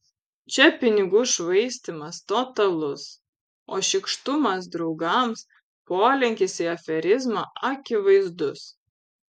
čia pinigų švaistymas totalus o šykštumas draugams polinkis į aferizmą akivaizdus